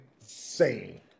insane